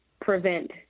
prevent